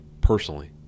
personally